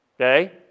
Okay